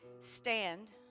stand